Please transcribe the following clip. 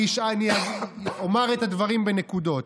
אני אומר את הדברים בנקודות.